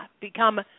Become